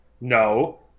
No